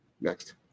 Next